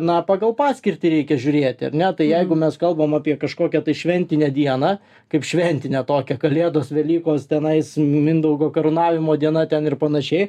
na pagal paskirtį reikia žiūrėti ar ne tai jeigu mes kalbam apie kažkokią tai šventinę dieną kaip šventinę tokią kalėdos velykos tenais mindaugo karūnavimo diena ten ir panašiai